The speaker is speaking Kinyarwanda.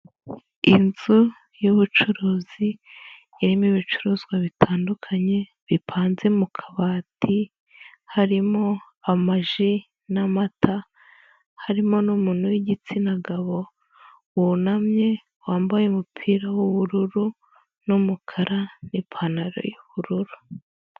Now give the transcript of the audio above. Inzu y'ubucuruzi irimo ibicuruzwa bitandukanye bipanze mu kabati, harimo amaji n'amata harimo n'umuntu w'igitsina gabo wunamye wambaye umupira w'ubururu n'umukara n'ipantaro y'ubururu.